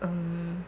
um